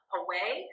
away